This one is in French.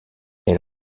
elle